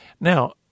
Now